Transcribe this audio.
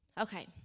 Okay